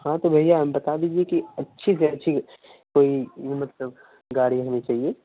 हाँ तो भैया हम बता दीजिए कि अच्छी से अच्छी कोई मतलब गाड़ी हमें चाहिए